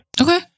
Okay